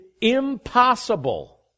impossible